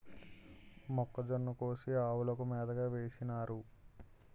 మొక్కజొన్న కోసి ఆవులకు మేతగా వేసినారు